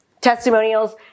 testimonials